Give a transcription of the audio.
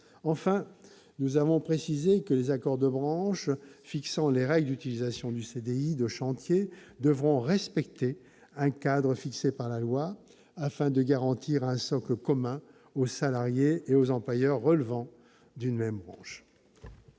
Enfin, nous avons précisé que les accords de branche fixant les règles d'utilisation du CDI de chantier devront respecter un cadre fixé par la loi afin de garantir un socle commun aux salariés et aux employeurs relevant d'une même branche.